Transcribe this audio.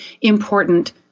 important